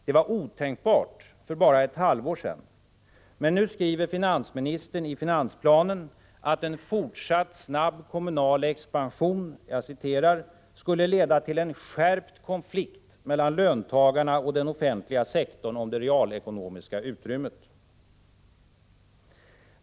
Det var otänkbart för bara ett halvår sedan, men nu skriver finansministern i finansplanen att en fortsatt snabb kommunal expansion ”skulle leda till en skärpt konflikt mellan löntagarna och den offentliga sektorn om det realekonomiska utrymmet”.